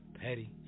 Petty